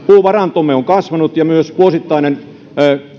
puuvarantomme on kuitenkin kasvanut ja myös vuosittainen